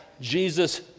Jesus